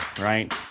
right